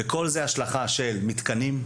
וכל זה השלכה של מתקנים,